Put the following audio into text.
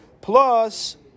plus